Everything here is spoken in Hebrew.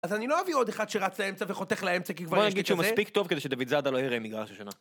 אז אני לא אביא עוד אחד שרץ לאמצע וחותך לאמצע, כי כבר יש לי כיף שזה... בוא נגיד שהוא מספיק טוב כדי שדוד זאדא לא יראה מגרש השנה.